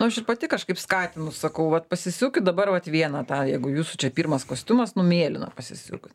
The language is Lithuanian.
nu aš ir pati kažkaip skatinu sakau vat pasisiūkit dabar vat vieną tą jeigu jūsų čia pirmas kostiumas nu mėlyną pasisiūkit